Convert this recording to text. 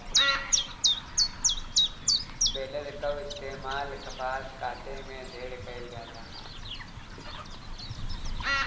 baler कअ इस्तेमाल कपास काटे में ढेर कइल जाला